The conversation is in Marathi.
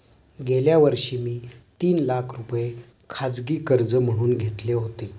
गेल्या वर्षी मी तीन लाख रुपये खाजगी कर्ज म्हणून घेतले होते